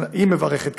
היא מברכת,